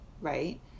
right